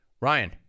Ryan